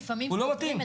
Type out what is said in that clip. הוא לא מתאים.